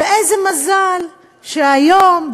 ואיזה מזל שהיום,